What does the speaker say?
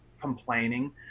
complaining